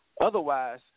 Otherwise